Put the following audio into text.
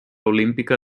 olímpica